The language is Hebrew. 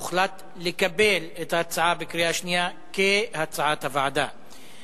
הוחלט לקבל את ההצעה בקריאה שנייה כהצעת הוועדה.